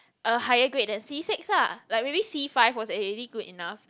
a higher grade than C six lah like maybe C five was already good enough